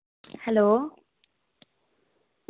hello